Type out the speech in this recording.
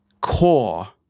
core